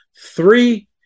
Three